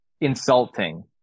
insulting